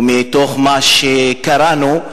ומתוך מה שקראנו,